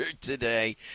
today